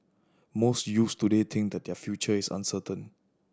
most youths today think that their future is uncertain